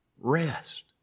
rest